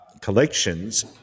collections